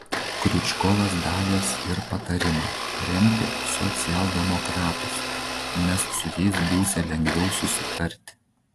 kriučkovas davęs ir patarimą remti socialdemokratus nes su jais būsią lengviau susitarti